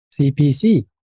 CPC